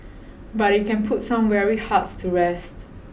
but it can put some weary hearts to rest